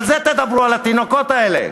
על זה תדברו, על התינוקות האלה,